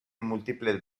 múltiples